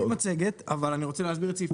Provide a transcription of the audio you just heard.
בלי מצגת אבל אני רוצה להסביר את סעיפי